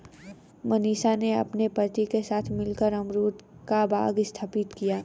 मनीषा ने अपने पति के साथ मिलकर अमरूद का बाग स्थापित किया